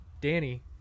Danny